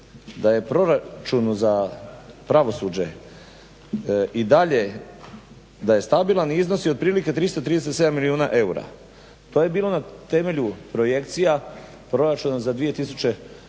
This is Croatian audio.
da je proračun za pravosuđe i dalje da je stabilan i iznosi otprilike 337 milijuna eura. To je bilo na temelju projekcija proračuna za 2012. godinu,